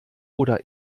oder